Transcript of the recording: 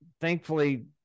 thankfully